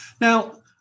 Now